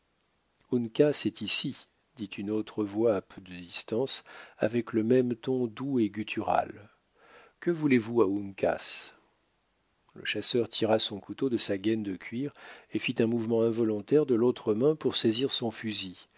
est ici dit une autre voix à peu de distance avec le même ton doux et guttural que voulez-vous à uncas le chasseur tira son couteau de sa gaine de cuir et fit un mouvement involontaire de l'autre main pour saisir son fusil